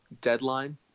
deadline